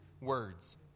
words